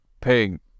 pink